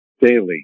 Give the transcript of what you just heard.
daily